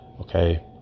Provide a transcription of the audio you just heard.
okay